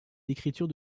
l’écriture